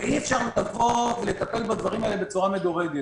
ואי-אפשר לטפל בכל הדברים האלה בצורה מדורגת,